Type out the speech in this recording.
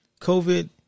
COVID